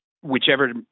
whichever